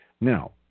Now